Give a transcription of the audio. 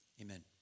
Amen